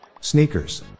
Sneakers